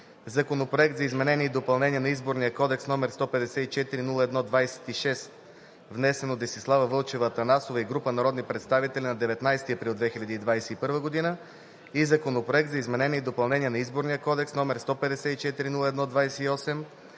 Законопроект за изменение и допълнение на Изборния кодекс, № 154-01-26, внесен от Десислава Вълчева Атанасова и група народни представители на 19 април 2021 г. и Законопроект за изменение и допълнение на Изборния кодекс, № 154-01-28,